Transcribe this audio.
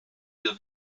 wir